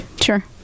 Sure